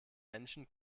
menschen